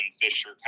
Fisher